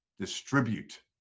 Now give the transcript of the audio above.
distribute